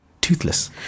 toothless